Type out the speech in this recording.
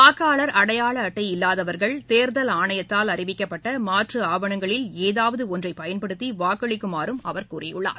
வாக்காளர் அடையாள அட்டை இல்லாதவர்கள் தேர்தல் ஆணையத்தால் அறிவிக்கப்பட்ட மாற்று ஆவணங்களில் ஏதாவது ஒன்றை பயன்படுத்தி வாக்களிக்குமாறும் அவர் கூறியுள்ளார்